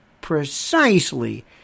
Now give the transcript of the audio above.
precisely